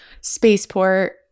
Spaceport